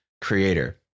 creator